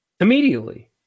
Immediately